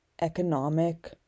economic